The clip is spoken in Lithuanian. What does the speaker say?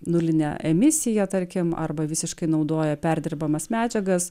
nulinę emisiją tarkim arba visiškai naudoja perdirbamas medžiagas